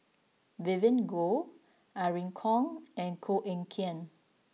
Vivien Goh Irene Khong and Koh Eng Kian